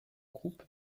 groupe